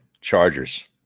Chargers